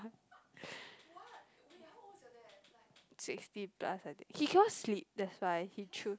sixty plus I think he cannot sleep that's why he choose